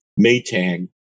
Maytag